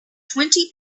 twenty